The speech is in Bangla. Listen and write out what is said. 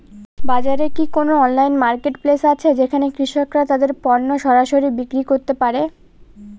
বাজারে কি কোন অনলাইন মার্কেটপ্লেস আছে যেখানে কৃষকরা তাদের পণ্য সরাসরি বিক্রি করতে পারে?